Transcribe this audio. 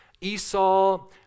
Esau